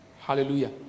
Hallelujah